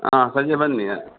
ಹಾಂ ಸಂಜೆ ಬನ್ನಿ ಹಾಂ